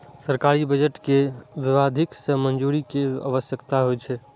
सरकारी बजट कें विधायिका सं मंजूरी के आवश्यकता होइ छै